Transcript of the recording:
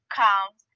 comes